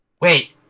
Wait